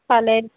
फाल्यां